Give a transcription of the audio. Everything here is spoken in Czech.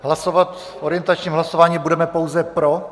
Hlasovat v orientačním hlasování budeme pouze pro.